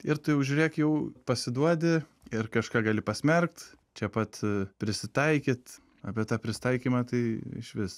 ir tu jau žiūrėk jau pasiduodi ir kažką gali pasmerkt čia pat prisitaikyt apie tą prisitaikymą tai išvis